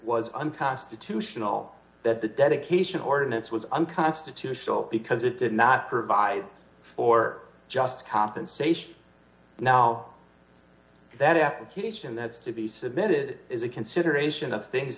was unconstitutional that the dedication ordinance was unconstitutional because it did not provide for just compensation now that application that's to be submitted is a consideration of things